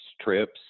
trips